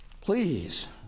Please